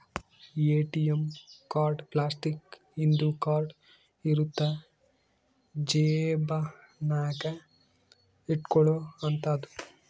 ATM card plastic ಇಂದು card ಇರುತ್ತ ಜೇಬ ನಾಗ ಇಟ್ಕೊಲೊ ಅಂತದು